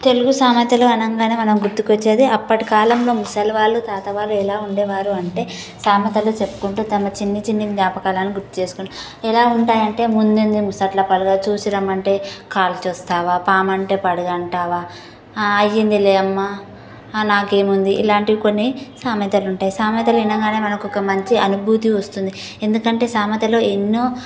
తెలుగు సామెతలు అనంగానే మనం గుర్తుకొచ్చేది అప్పటి కాలంలో ముసలి వాళ్ళు తాత వాళ్ళు ఎలా ఉండేవారు అంటే సామెతలు చెప్పుకుంటూ తమ చిన్ని చిన్ని జ్ఞాపకాలను గుర్తు చేసుకుని ఎలా ఉంటాయి అంటే ముందుంది ముసలి పండగ చూసి రమ్మంటే కాల్చి వస్తావా పాము అంటే పడగా అంటావా అయ్యింది లేమ్మా నాకేముంది ఇలాంటివి కొన్ని సామెతలు ఉంటాయి సామెతలు వినంగానే మనకు ఒక మంచి అనుభూతి వస్తుంది ఎందుకంటే సామెతలు ఎన్నో